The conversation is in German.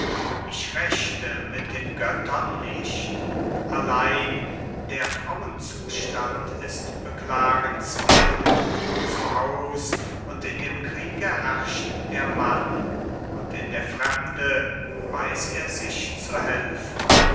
ich rechte mit den göttern nicht allein der frauen zustand ist beklagenswerth zu haus und in dem kriege herrscht der mann und in der fremde weiß er sich zu helfen